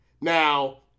Now